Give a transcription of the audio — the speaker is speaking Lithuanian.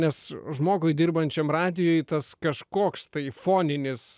nes žmogui dirbančiam radijuj tas kažkoks tai foninis